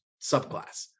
subclass